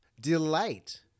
Delight